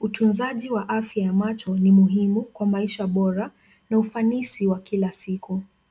Utunzaji wa afya ya macho ni muhimu kwa maisha bora na ufanisi wa kila siku.